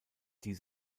die